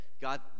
God